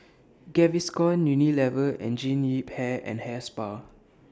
Gaviscon Unilever and Jean Yip Hair and Hair Spa